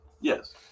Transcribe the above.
Yes